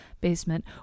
basement